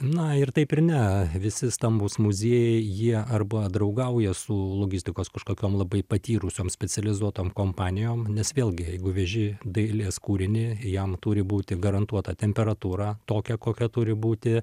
na ir taip ir ne visi stambūs muziejai jie arba draugauja su logistikos kažkokiom labai patyrusiom specializuotom kompanijom nes vėlgi jeigu veži dailės kūrinį jam turi būti garantuota temperatūra tokia kokia turi būti